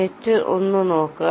net 1 നോക്കുക